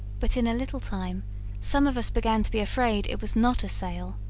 but in a little time some of us began to be afraid it was not a sail.